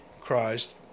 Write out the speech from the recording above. Christ